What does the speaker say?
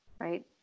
right